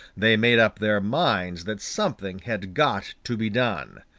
they made up their minds that something had got to be done.